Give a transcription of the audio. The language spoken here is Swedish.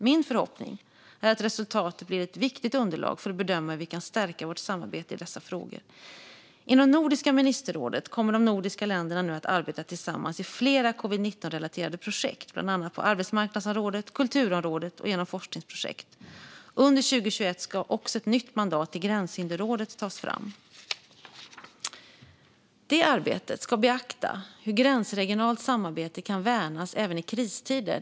Min förhoppning är att resultatet blir ett viktigt underlag för att bedöma hur vi kan stärka vårt samarbete i dessa frågor. Inom Nordiska ministerrådet kommer de nordiska länderna nu att arbeta tillsammans i flera covid-19-relaterade projekt, bland annat på arbetsmarknadsområdet, på kulturområdet och genom forskningsprojekt. Under 2021 ska också ett nytt mandat till Gränshinderrådet tas fram. Det arbetet ska beakta hur gränsregionalt samarbete kan värnas även i kristider.